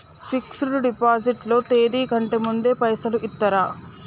Fix డ్ deposit లో తేది కంటే ముందే పైసలు ఇత్తరా?